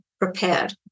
Prepared